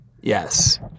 Yes